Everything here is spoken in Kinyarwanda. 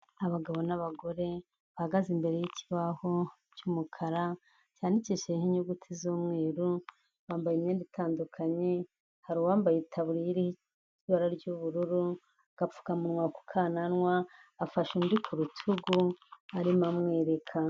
Abagabo n'abagore bahagaze imbere y'ikibaho cy'umukara, cyandikishijeho inyuguti z'umweru, bambaye imyenda itandukanye, hari uwambaye itaburiya iriho ibara ry'ubururu, agapfukamunwa ku kananwa, afashe undi ku rutugu arimo amwereka.